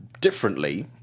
differently